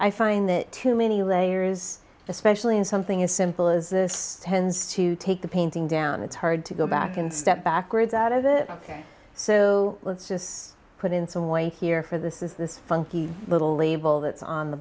i find that too many layers especially in something as simple as this tends to take the painting down it's hard to go back and step backwards out of it ok so let's just put in some way here for this is this funky little label that's on the